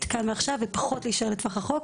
כאן ועכשיו ופחות להישאר לטווח הרחוק.